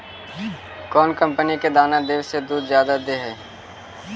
कौन कंपनी के दाना देबए से दुध जादा दे है?